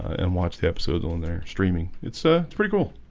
and watch the episodes on their streaming. it's ah pretty cool